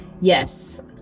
Yes